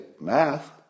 math